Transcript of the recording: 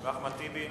אחמד טיבי?